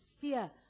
fear